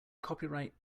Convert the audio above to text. copyright